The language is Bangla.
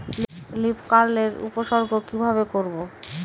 লিফ কার্ল এর উপসর্গ কিভাবে করব?